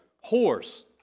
horse